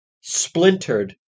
splintered